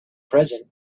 present